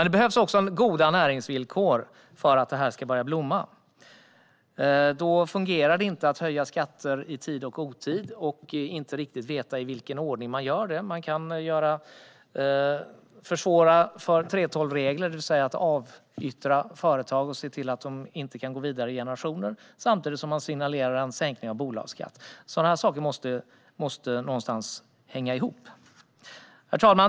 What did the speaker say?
Det behövs också goda näringsvillkor för att detta ska börja blomma, och då fungerar det inte att höja skatter i tid och otid och att inte riktigt veta i vilken ordning man gör det. Man kan försvåra för 3:12-regler, det vill säga att avyttra företag och se till att de inte kan gå vidare i generationer, samtidigt som man signalerar en sänkning av bolagsskatten. Sådana saker måste någonstans hänga ihop. Herr talman!